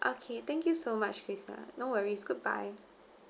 okay thank you so much lisa no worries goodbye